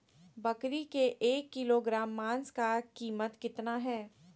बकरी के एक किलोग्राम मांस का कीमत कितना है?